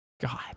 God